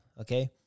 Okay